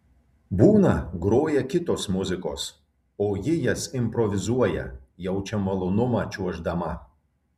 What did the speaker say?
būna groja kitos muzikos o ji jas improvizuoja jaučia malonumą čiuoždama